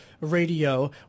Radio